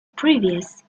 previous